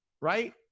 right